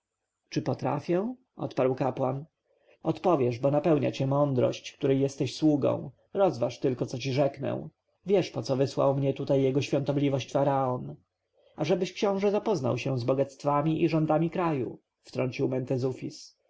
czy potrafię odparł kapłan odpowiesz bo napełnia cię mądrość której jesteś sługą rozważ tylko co ci rzeknę wiesz poco wysłał mnie tutaj jego świątobliwość faraon ażebyś książę zapoznał się z bogactwem i rządami kraju wtrącił